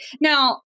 Now